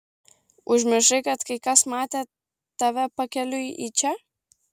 užmiršai kad kai kas matė tave pakeliui į čia